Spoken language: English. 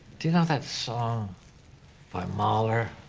do you know that song by mahler?